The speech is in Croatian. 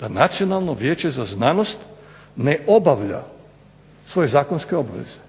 da Nacionalno vijeće za znanost ne obavlja svoje zakonske obveze.